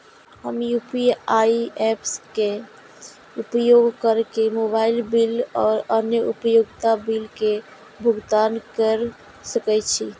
हम UPI apps के उपयोग केर के मोबाइल बिल और अन्य उपयोगिता बिल के भुगतान केर सके छी